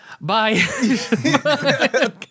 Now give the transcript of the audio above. Bye